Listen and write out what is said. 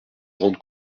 grande